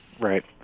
Right